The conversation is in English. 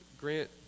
Grant